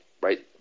right